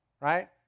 right